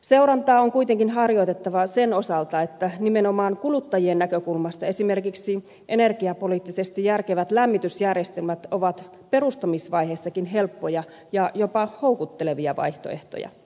seurantaa on kuitenkin harjoitettava sen osalta että nimenomaan kuluttajien näkökulmasta esimerkiksi energiapoliittisesti järkevät lämmitysjärjestelmät ovat perustamisvaiheessakin helppoja ja jopa houkuttelevia vaihtoehtoja